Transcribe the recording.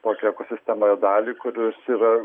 tos ekosistemoje dalį kur jis yra